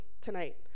tonight